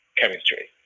chemistry